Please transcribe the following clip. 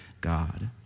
God